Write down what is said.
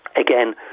Again